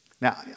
Now